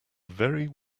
very